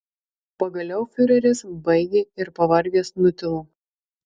pagaliau fiureris baigė ir pavargęs nutilo